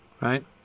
right